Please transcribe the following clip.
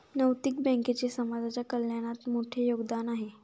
नैतिक बँकेचे समाजाच्या कल्याणात मोठे योगदान आहे